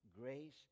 grace